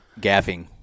gaffing